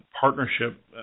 partnership